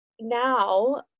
now